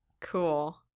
Cool